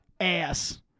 ass